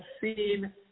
seen